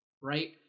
right